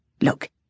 Look